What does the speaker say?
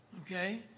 okay